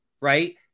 right